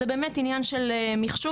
זה באמת עניין של מחשוב.